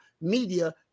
media